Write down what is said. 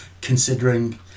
considering